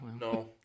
no